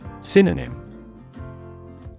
Synonym